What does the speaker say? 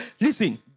Listen